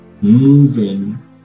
moving